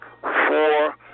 four